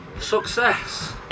success